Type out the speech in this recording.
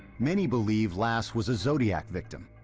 many believe lass was a zodiac victim,